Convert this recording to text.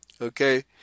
okay